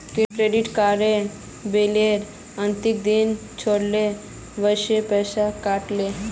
credit card बिलेर अंतिम दिन छिले वसे पैसा कट ले